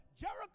Jericho